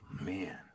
man